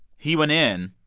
he went in,